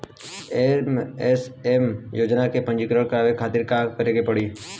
SMAM योजना में पंजीकरण करावे खातिर का का करे के पड़ी?